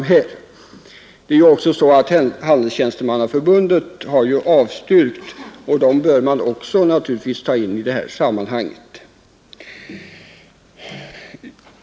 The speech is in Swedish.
Det är ju också så att Handelstjänstemannaförbundet har avstyrkt, och det bör man naturligtvis också ta in i det här sammanhanget.